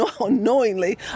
unknowingly